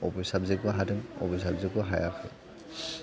बबे साबजेक्टखौ हादों बबे साबजेक्टखौ हायाखै